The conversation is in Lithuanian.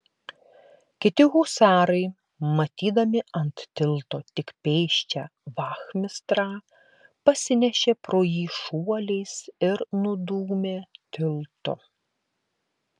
kiti husarai matydami ant tilto tik pėsčią vachmistrą pasinešė pro jį šuoliais ir nudūmė tiltu